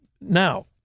Now